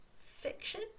fiction